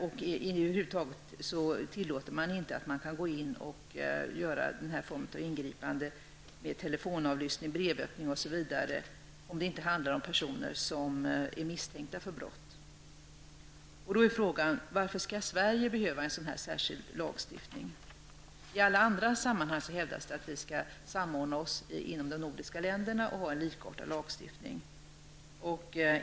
Dessutom tillåter man över huvud taget inte telefonavlyssning, brevöppning, osv. såvida det inte handlar om personer som är misstänkta för brott. Frågan är varför Sverige skall anses behöva en sådan särskild lagstiftning. I alla andra sammanhang hävdas att de nordiska länderna skall ha en likartad lagstiftning.